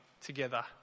together